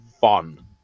fun